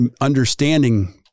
understanding